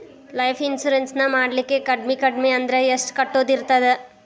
Life insurance ನ ಮಾಡ್ಲಿಕ್ಕೆ ಕಡ್ಮಿ ಕಡ್ಮಿ ಅಂದ್ರ ಎಷ್ಟ್ ಕಟ್ಟೊದಿರ್ತದ?